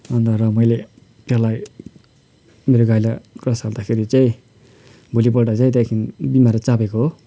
अन्त र मैले त्यसलाई मेरो गाईलाई ग्रास हाल्दाखेरि चाहिँ भोलिपल्ट चाहिँ देखि बिमार चापेको हो